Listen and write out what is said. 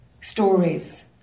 stories